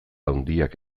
handiak